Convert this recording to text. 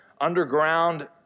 underground